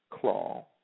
claw